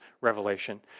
revelation